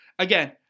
Again